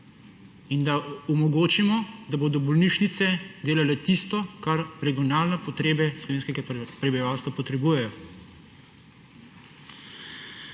in da omogočimo, da bodo bolnišnice delale tisto, kar regionalne potrebe slovenskega prebivalstva potrebujejo.